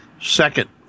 Second